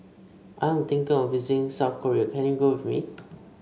I'm think of visiting South Korea can you go with me